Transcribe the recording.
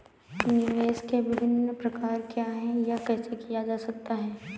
निवेश के विभिन्न प्रकार क्या हैं यह कैसे किया जा सकता है?